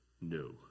No